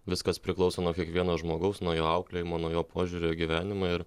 viskas priklauso nuo kiekvieno žmogaus nuo jo auklėjimo nuo jo požiūrio į gyvenimą ir